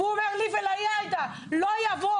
והוא אומר לי ולעאידה שזה לא יעבור,